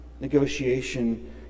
negotiation